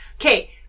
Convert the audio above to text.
Okay